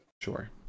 Sure